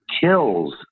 kills